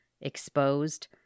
exposed